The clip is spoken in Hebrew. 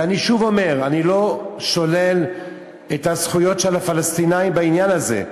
ואני שוב אומר: אני לא שולל את הזכויות של הפלסטינים בעניין הזה.